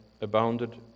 abounded